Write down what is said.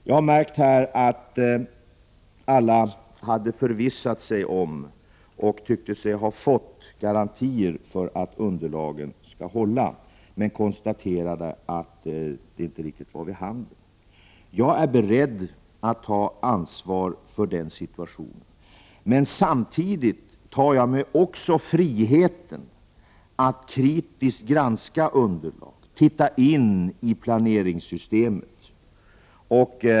Jag har märkt här att alla hade förvissat sig om och tyckte sig ha fått garantier för att underlaget skall hålla, men konstaterade att det inte riktigt var för handen. Jag är beredd att ta ansvar för den situationen, men samtidigt tar jag mig friheten att kritiskt granska underlaget och titta in i planeringssystemet.